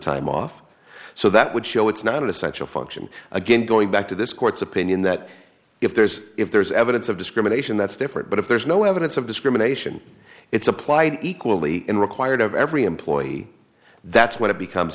time off so that would show it's not essential function again going back to this court's opinion that if there's if there's evidence of discrimination that's different but if there's no evidence of discrimination it's applied equally in required of every employee that's what it becomes